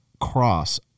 cross